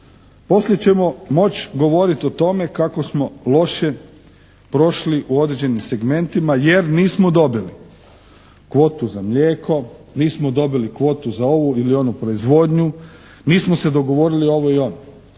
Poslije ćemo moći govoriti o tome kako smo loše prošli u određenim segmentima jer nismo dobili kvotu za mlijeko, nismo dobili kvotu za ovu ili onu proizvodnju, nismo se dogovorili ovo i ono.